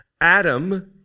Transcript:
Adam